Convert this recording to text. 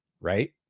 right